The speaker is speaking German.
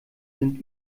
sind